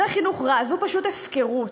זה חינוך רע, זו פשוט הפקרות.